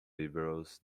liberals